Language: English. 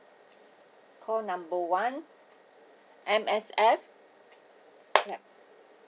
call number one M_S_F